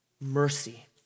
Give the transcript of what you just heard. Mercy